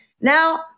Now